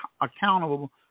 accountable